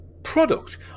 product